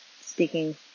speaking